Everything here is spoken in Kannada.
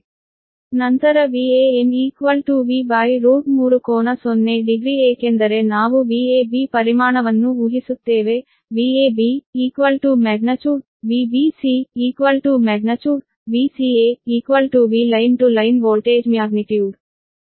ನಂತರ Van V3 ಕೋನ 0 ಡಿಗ್ರಿ ಏಕೆಂದರೆ ನಾವು Vab ಪರಿಮಾಣವನ್ನು ಊಹಿಸುತ್ತೇವೆ |Vab| ಪರಿಮಾಣ |Vbc| ಪರಿಮಾಣ |Vca| V line to line voltage magnitude